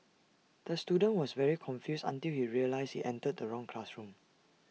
the student was very confused until he realised he entered the wrong classroom